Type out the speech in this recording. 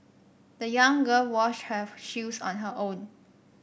the young girl washed her shoes on her own